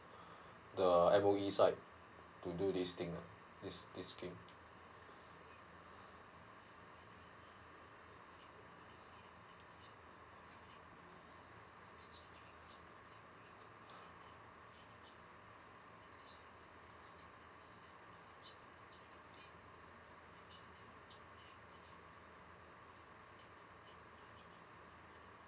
the M_O_E site to do this thing ah this this scheme